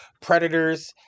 predators